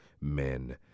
men